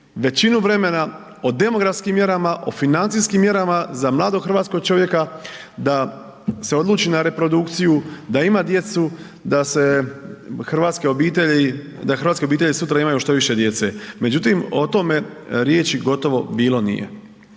većinu vremena o demografskim mjerama, o financijskim mjerama, za mladog hrvatskog čovjeka da se odluči na reprodukciju, da ima djecu, da se hrvatske obitelji, da hrvatske obitelji sutra imaju što više djece. Međutim o tome riječi gotovo bilo nije.